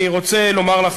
אני רוצה לומר לך,